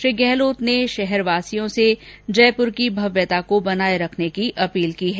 श्री गहलोत ने जयपुर वासियों से शहर की भव्यता को बनाए रखने की अपील की है